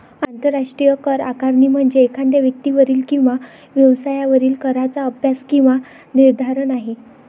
आंतरराष्ट्रीय करआकारणी म्हणजे एखाद्या व्यक्तीवरील किंवा व्यवसायावरील कराचा अभ्यास किंवा निर्धारण आहे